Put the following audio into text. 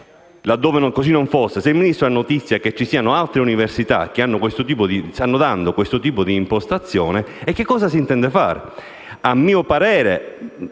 se il Ministro abbia ha notizia che ci siano altre università che stanno dando questo tipo di impostazione e che cosa si intende fare.